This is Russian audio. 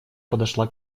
подошла